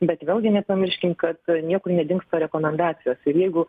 bet vėlgi nepamirškim kad niekur nedingsta rekomendacijos ir jeigu